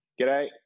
G'day